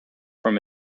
from